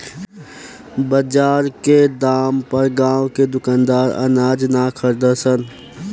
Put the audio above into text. बजार के दाम पर गांव के दुकानदार अनाज ना खरीद सन